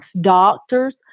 doctors